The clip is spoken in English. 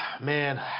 man